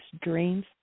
dreams